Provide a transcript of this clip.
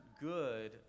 good